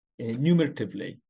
numeratively